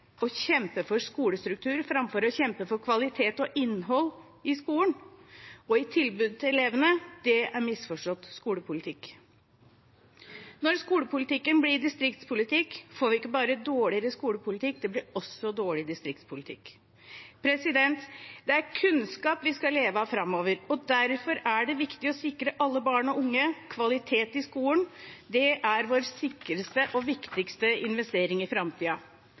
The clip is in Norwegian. å kjempe for skolestruktur framfor å kjempe for kvalitet og innhold i skolen, og i tilbudet til elevene, er misforstått skolepolitikk. Når skolepolitikken blir distriktspolitikk, får vi ikke bare dårligere skolepolitikk, det blir også dårlig distriktspolitikk. Det er kunnskap vi skal leve av framover. Derfor er det viktig å sikre alle barn og unge kvalitet i skolen. Det er vår sikreste og viktigste investering i